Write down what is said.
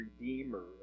redeemer